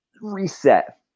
reset